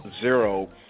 zero